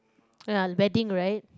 ah wedding right